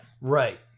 Right